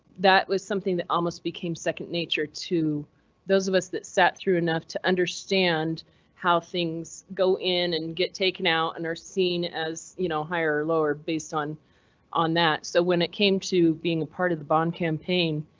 that was something that almost became second nature to those of us that sat through enough to understand how things go in and get taken out and are seen, as you know, higher or lower based on on that. so when it came to being a part of the bond campaign,